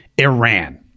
Iran